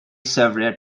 several